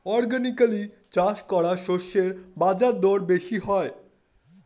organically চাষ করা শস্যের বাজারদর বেশি হয়